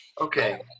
Okay